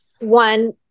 one